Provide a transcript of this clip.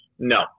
No